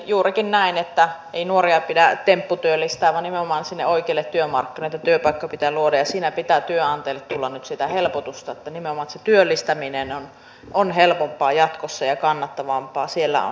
juurikin näin että ei nuoria pidä tempputyöllistää vaan nimenomaan sinne oikeille työmarkkinoille näitä työpaikkoja pitää luoda ja siinä pitää työnantajille tulla nyt sitä helpotusta nimenomaan että se työllistäminen on helpompaa ja kannattavampaa jatkossa